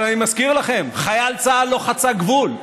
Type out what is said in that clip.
אבל אני מזכיר לכם: חייל צה"ל לא חצה גבול.